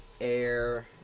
air